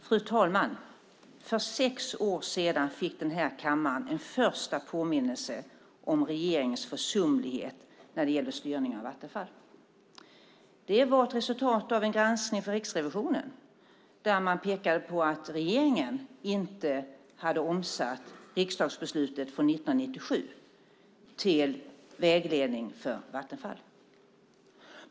Fru talman! För sex år sedan fick den här kammaren en första påminnelse om regeringens försumlighet när det gällde styrningen av Vattenfall. Det var ett resultat av en granskning från Riksrevisionen där man pekade på att regeringen inte hade omsatt riksdagsbeslutet från 1997 till vägledning för Vattenfall.